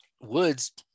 Woods